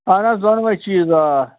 اَہَن حظ دۅنوے چیٖز آ